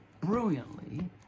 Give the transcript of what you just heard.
Brilliantly